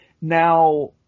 Now